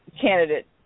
Candidate